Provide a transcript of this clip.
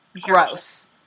gross